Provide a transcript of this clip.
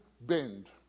bend